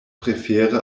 prefere